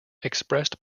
expressed